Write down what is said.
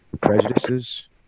prejudices